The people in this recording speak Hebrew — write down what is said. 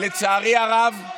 לצערי הרב,